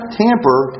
tamper